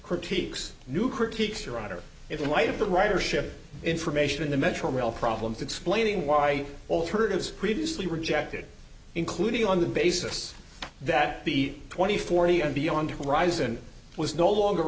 critiques new critiques are under it in light of the writer ship information in the metro rail problems explaining why alternatives previously rejected including on the basis that the twenty forty and beyond horizon was no longer